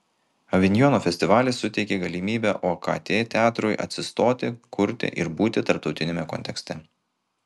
avinjono festivalis suteikė galimybę okt teatrui atsistoti kurti ir būti tarptautiniame kontekste